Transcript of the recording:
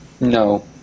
No